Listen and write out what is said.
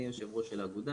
אני יושב הראש של האגודה.